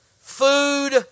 food